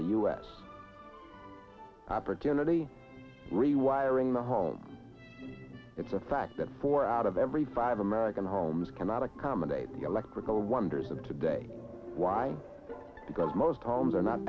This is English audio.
the u s opportunity rewiring the home it's a fact that four out of every five american homes cannot accommodate the electrical wonders of today why because most homes are not